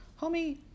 Homie